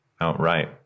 outright